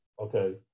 Okay